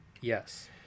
Yes